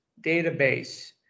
database